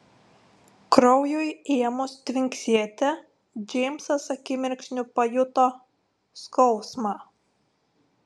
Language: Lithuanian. kraujui ėmus tvinksėti džeimsas akimirksniu pajuto skausmą